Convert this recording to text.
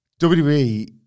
WWE